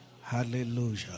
Hallelujah